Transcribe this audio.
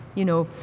you know,